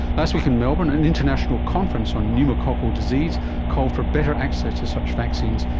last week in melbourne an international conference on pneumococcal disease called for better access to such vaccines,